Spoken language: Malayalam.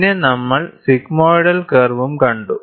പിന്നെ നമ്മൾ സിഗ്മോയ്ഡൽ കർവും കണ്ടു